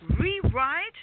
rewrite